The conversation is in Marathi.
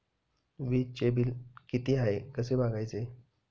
वीजचे बिल किती आहे कसे बघायचे?